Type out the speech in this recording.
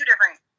different